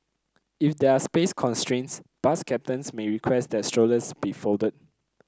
if there are space constraints bus captains may request that strollers be folded